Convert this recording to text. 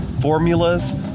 formulas